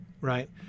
right